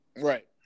Right